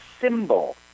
symbol